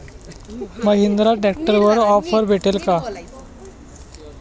महिंद्रा ट्रॅक्टरवर ऑफर भेटेल का?